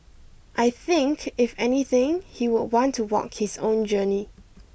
I think if anything he would want to walk his own journey